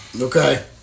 Okay